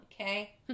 Okay